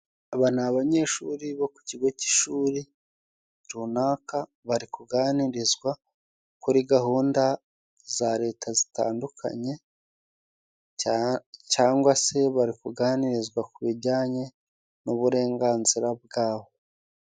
Aba ni abanyeshuri bo ku kigo cy'ishuri runaka, bari kuganirizwa kuri gahunda za Leta zitandukanye cyangwa se bari kuganirizwa ku bijyanye n'uburenganzira bwabo.